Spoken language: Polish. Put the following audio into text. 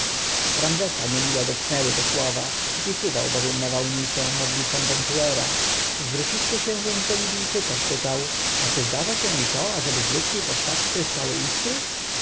ramzesa niemile dotknęły te słowa przypisywał bowiem nawałnicę modlitwom pentuera zwróciwszy się więc do libijczyka spytał a czy zdarza się i to ażeby z ludzkiej postaci tryskały iskry